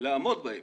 לעמוד בהם.